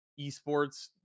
esports